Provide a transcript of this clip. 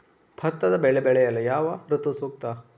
ಭತ್ತದ ಬೆಳೆ ಬೆಳೆಯಲು ಯಾವ ಋತು ಸೂಕ್ತ?